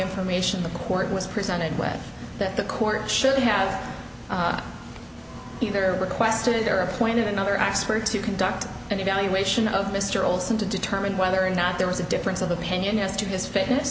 information the court was presented with that the court should have either requested or appointed another expert to conduct an evaluation of mr olson to term and whether or not there was a difference of opinion as to his